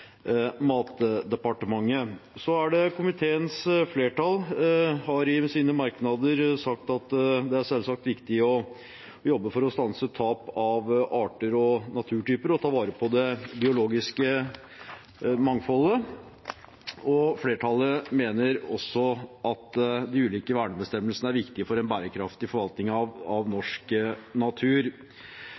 Komiteens flertall har i sine merknader sagt at det selvsagt er viktig å jobbe for å stanse tap av arter og naturtyper og ta vare på det biologiske mangfoldet. Flertallet mener også at de ulike vernebestemmelsene er viktig for en bærekraftig forvaltning av norsk natur.